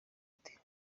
ifite